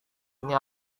ini